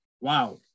Wow